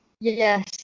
yes